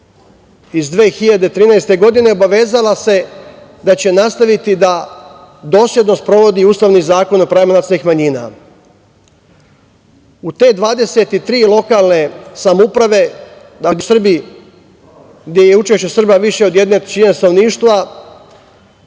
iz 2013. godine obavezala se da će nastaviti da dosledno sprovodi ustavni zakon o pravima nacionalnih manjina.U te 23 lokalne samouprave, dakle gde je učešće Srba više od jedne trećine stanovništva